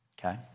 okay